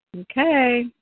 Okay